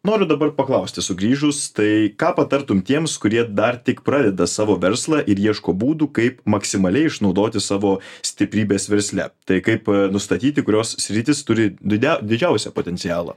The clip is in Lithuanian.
noriu dabar paklausti sugrįžus tai ką patartum tiems kurie dar tik pradeda savo verslą ir ieško būdų kaip maksimaliai išnaudoti savo stiprybes versle tai kaip nustatyti kurios sritys turi didia didžiausią potencialą